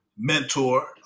Mentor